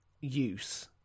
use